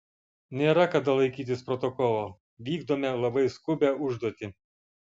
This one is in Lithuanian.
nėra kada laikytis protokolo vykdome labai skubią užduotį